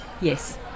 yes